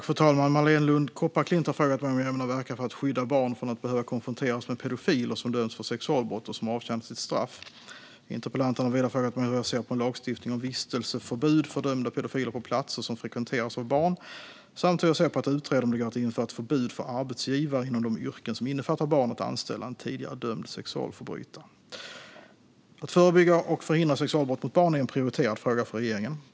Fru talman! Marléne Lund Kopparklint har frågat mig om jag ämnar verka för att skydda barn från att behöva konfronteras med pedofiler som dömts för sexualbrott och som har avtjänat sitt straff. Interpellanten har vidare frågat mig hur jag ser på en lagstiftning om vistelseförbud för dömda pedofiler på platser som frekventeras av barn samt hur jag ser på att utreda om det går att införa ett förbud för arbetsgivare inom de yrken som innefattar barn att anställa en tidigare dömd sexualförbrytare. Att förebygga och förhindra sexualbrott mot barn är en prioriterad fråga för regeringen.